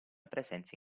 presenza